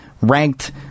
ranked